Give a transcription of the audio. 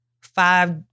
five